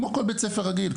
כמו כל בית ספר רגיל,